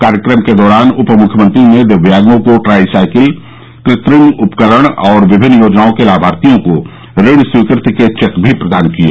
कार्यक्रम के दौरान उप मुख्यमंत्री ने दिव्यांगों को ट्राई साइकिल कृत्रिम उपकरण और विभिन्न योजनाओं के लामार्थियों को ऋण स्वीकृति के चेक भी प्रदान किये